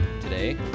today